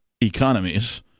economies